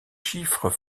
chiffres